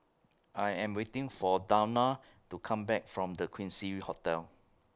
I Am waiting For Dawna to Come Back from The Quincy Hotel